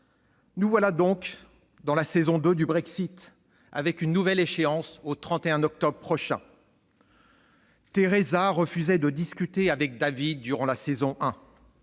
Nous voilà donc dans la saison 2 du Brexit, avec une nouvelle échéance fixée au 31 octobre prochain. Theresa refusait de discuter avec David durant la saison 1.